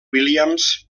williams